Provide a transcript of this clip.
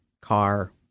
car